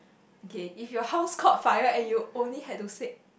kay if your house caught fire and you only had to save